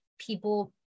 people